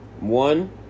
one